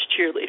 cheerleader